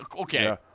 Okay